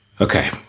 okay